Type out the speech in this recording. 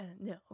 no